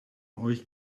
euch